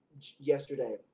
yesterday